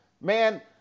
man